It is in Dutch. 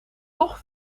toch